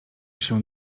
się